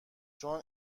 چون